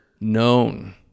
known